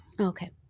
okay